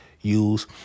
use